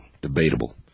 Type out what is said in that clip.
debatable